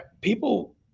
people